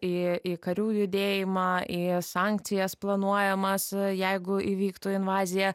į į karių judėjimą į sankcijas planuojamas jeigu įvyktų invazija